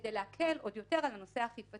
כדי להקל עוד יותר על הנושא האכיפתי,